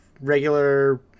regular